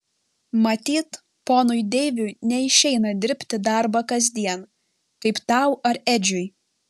matyt ponui deiviui neišeina dirbti darbą kasdien kaip tau ar edžiui